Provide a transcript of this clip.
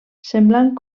semblant